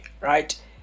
right